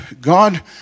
God